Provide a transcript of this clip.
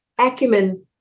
acumen